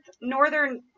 northern